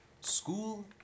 School